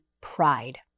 pride